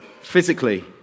physically